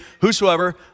Whosoever